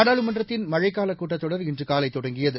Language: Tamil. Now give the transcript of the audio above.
நாடாளுமன்றத்தின் மழைக்கால கூட்டத்தொடர் இன்று காலை தொடங்கியது